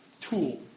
tool